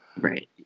right